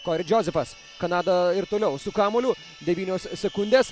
kori džozefas kanada ir toliau su kamuoliu devynios sekundės